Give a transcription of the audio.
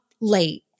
late